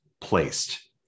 placed